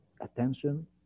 attention